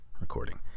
recording